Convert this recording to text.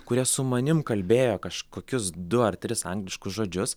kurie su manim kalbėjo kažkokius du ar tris angliškus žodžius